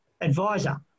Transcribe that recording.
advisor